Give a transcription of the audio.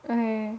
okay